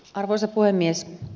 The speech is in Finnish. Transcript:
arvoisa puhemies